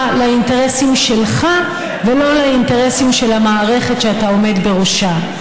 לאינטרסים שלך ולא לאינטרסים של המערכת שאתה עומד בראשה.